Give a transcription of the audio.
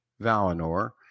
Valinor